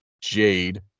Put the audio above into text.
Jade